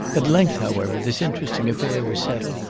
at length, however, this interesting affair was settled,